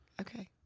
Okay